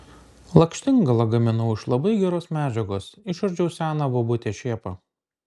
lakštingalą gaminau iš labai geros medžiagos išardžiau seną bobutės šėpą